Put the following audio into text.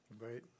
Right